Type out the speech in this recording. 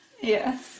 Yes